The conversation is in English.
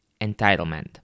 entitlement